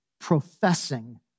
professing